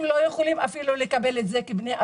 לא יכולים לקבל את זה.